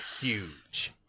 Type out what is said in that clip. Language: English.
huge